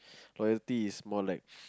loyalty is more like